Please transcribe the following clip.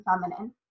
feminine